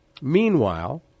meanwhile